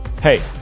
Hey